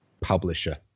publisher